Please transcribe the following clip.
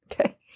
Okay